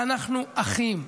אנחנו אחים.